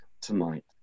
tonight